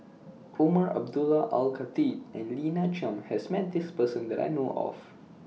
Umar Abdullah Al Khatib and Lina Chiam has Met This Person that I know of